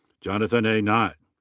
jonathan a. knott.